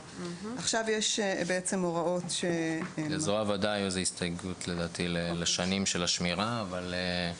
לזרוע העבודה הייתה הסתייגות על השנים של השמירה אבל,